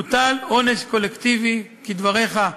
הוטל עונש קולקטיבי, כדבריך,